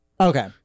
Okay